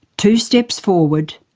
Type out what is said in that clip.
two steps forward,